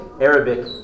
Arabic